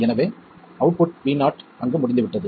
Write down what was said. எனவே output VO அங்கு முடிந்துவிட்டது